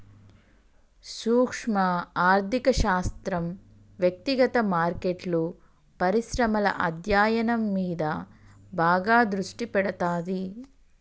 సూక్శ్మ ఆర్థిక శాస్త్రం వ్యక్తిగత మార్కెట్లు, పరిశ్రమల అధ్యయనం మీద బాగా దృష్టి పెడతాది